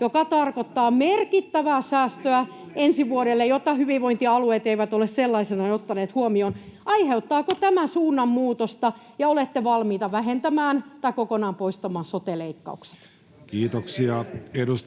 mikä tarkoittaa merkittävää säästöä ensi vuodelle, jota hyvinvointialueet eivät ole sellaisenaan ottaneet huomioon. Aiheuttaako tämä suunnanmuutosta ja oletteko valmiita vähentämään tai kokonaan poistamaan sote-leikkaukset? [Speech 81]